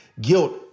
guilt